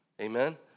Amen